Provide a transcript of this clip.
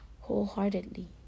wholeheartedly